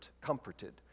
comforted